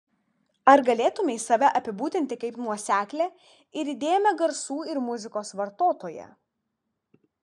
ar galėtumei save apibūdinti kaip nuoseklią ir įdėmią garsų ir muzikos vartotoją